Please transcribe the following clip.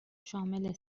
شامل